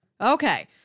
Okay